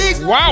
Wow